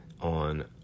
on